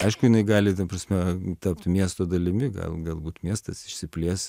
aišku jinai gali ta prasme tapt miesto dalimi gal galbūt miestas išsiplės